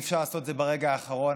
אי-אפשר לעשות את זה ברגע האחרון.